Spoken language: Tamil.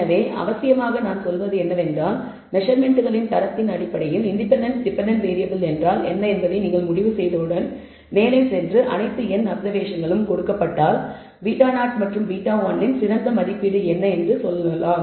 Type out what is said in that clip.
எனவே அவசியமாக நான் சொல்வது என்னவென்றால் மெஸர்மென்ட்ஸ்களின் தரத்தின் அடிப்படையில் இன்டெபென்டென்ட் டெபென்டென்ட் வேறியபிள் என்றால் என்ன என்பதை நீங்கள் முடிவு செய்தவுடன் மேலே சென்று அனைத்து n அப்சர்வேஷன்களும் கொடுக்கப்பட்டால் β0 மற்றும் β1 இன் சிறந்த மதிப்பீடு என்ன என்று சொல்லலாம்